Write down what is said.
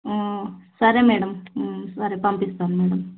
సరే మేడం మరి పంపిస్తాను మేడం